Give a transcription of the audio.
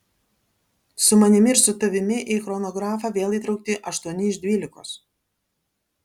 su manimi ir su tavimi į chronografą vėl įtraukti aštuoni iš dvylikos